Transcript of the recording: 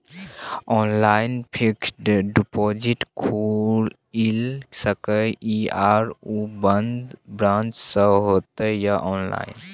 Online fixed deposit खुईल सके इ आ ओ बन्द ब्रांच स होतै या ऑनलाइन?